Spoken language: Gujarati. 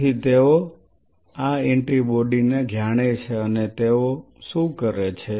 તેથી તેઓ આ એન્ટિબોડી ને જાણે છે અને તેઓ શું કરે છે